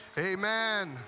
Amen